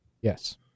Yes